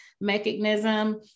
mechanism